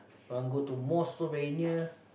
want go to mosque also very near